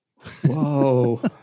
whoa